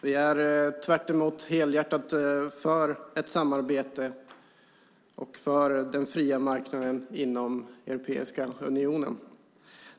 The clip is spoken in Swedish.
Vi är tvärtemot helhjärtat för ett samarbete och för den fria marknaden inom Europeiska unionen.